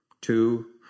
Two